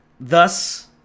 thus